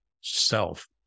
self